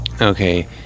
okay